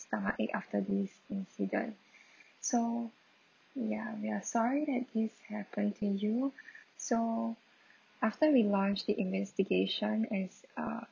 stomachache after this incident so ya we are sorry that this happened to you so after we launch the investigation is uh